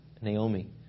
Naomi